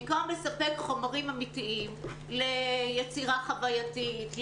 במקום לספק חומרים אמתיים ליצירה חווייתית,